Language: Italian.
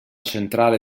centrale